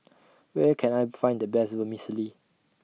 Where Can I Find The Best Vermicelli